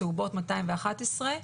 צהובות 211,